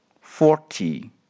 Forty